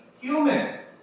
human